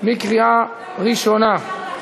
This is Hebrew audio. לקריאה ראשונה.